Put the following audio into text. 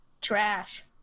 Trash